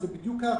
זאת בדיוק ההקבלה.